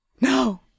No